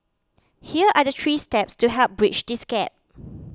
here are the three steps to help bridge this gap